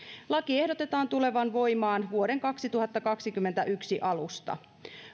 lain ehdotetaan tulevan voimaan vuoden kaksituhattakaksikymmentäyksi alusta